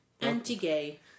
Anti-gay